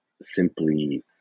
simply